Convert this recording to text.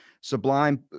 sublime